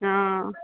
हा